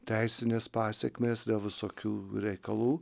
teisinės pasekmės dėl visokių reikalų